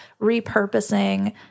repurposing